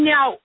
Now